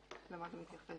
למה אתה מתייחס.